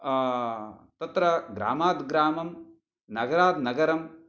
तत्र ग्रामात् ग्रामं नगरात् नगरं